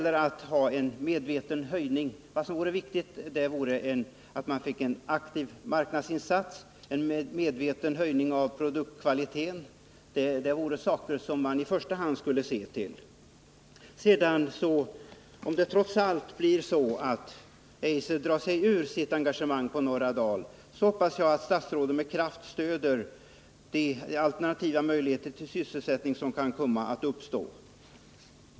Ett åtgärdsprogram där bl.a. aktiva marknadsinsatser och en medveten höjning av produktkvaliteten funnes med. Om det trots allt blir så att Eiser drar sig ur sitt engagemang i Norra Dal hoppas jag att statsrådet med kraft stöder alternativa möjligheter till sysselsättning som kan uppstå.